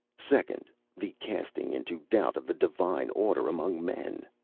second, the casting into doubt of the divine order among men.